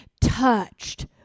touched